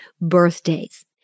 birthdays